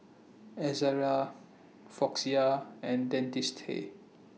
Ezerra Floxia and Dentiste